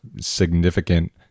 significant